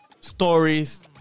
stories